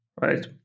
right